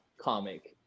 comic